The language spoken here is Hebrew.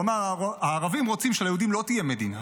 הוא אמר: הערבים רוצים שליהודים לא תהיה מדינה.